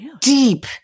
deep